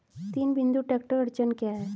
तीन बिंदु ट्रैक्टर अड़चन क्या है?